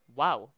wow